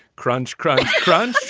crunch, crunch, crunch,